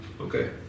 okay